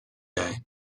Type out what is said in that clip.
day